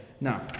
Now